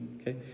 Okay